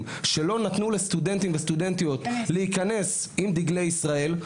שלא נתנו לסטודנטים וסטודנטיות להיכנס עם דגלי ישראל.